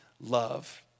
love